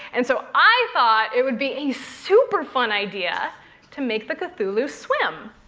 and so i thought it would be a super fun idea to make the cthulhu swim!